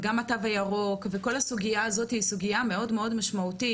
וגם התו הירוק וכל הסוגיה הזאת היא סוגיה מאוד מאוד משמעותית,